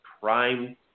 prime